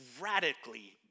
radically